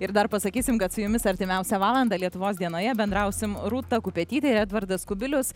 ir dar pasakysim kad su jumis artimiausią valandą lietuvos dienoje bendrausim rūta kupetytė ir edvardas kubilius